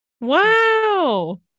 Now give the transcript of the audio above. Wow